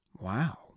Wow